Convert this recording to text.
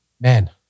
Man